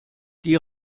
die